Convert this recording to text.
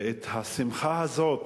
ואת השמחה הזאת